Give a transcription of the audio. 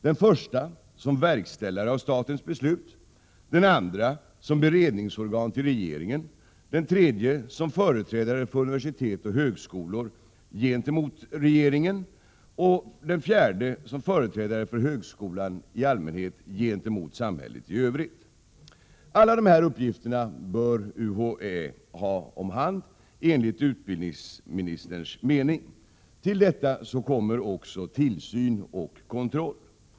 Den första rollen innebär att vara verkställare av statens beslut, den andra att vara beredningsorgan åt regeringen, den tredje att vara företrädare för universitet och högskolor gentemot regeringen, och den fjärde att vara företrädare för högskolan i allmänhet gentemot samhället i övrigt. Alla dessa uppgifter bör UHÄ ha om hand enligt utbildningsministerns mening. Till detta kommer också tillsyn och kontroll.